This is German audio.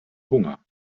hunger